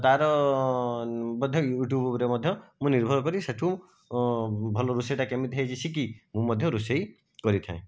ତାର ବୋଧେ ୟୁଟ୍ୟୁବରେ ମଧ୍ୟ ମୁଁ ନିର୍ଭର କରି ସେଠୁ ଭଲ ରୋଷେଇଟା କେମିତି ହେଇଛି ଶିଖି ମୁଁ ମଧ୍ୟ ରୋଷେଇ କରିଥାଏ